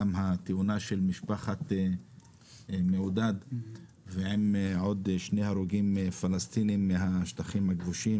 התאונה של משפחת מעודד עם עוד שני הרוגים פלסטינים מהשטחים הכבושים.